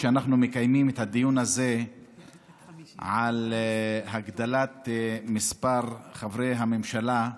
שבה אנחנו מקיימים את הדיון הזה על הגדלת מספר חברי הממשלה,